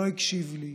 לא הקשיב לי.